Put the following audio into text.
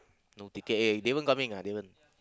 no ticket eh Damon coming ah Damon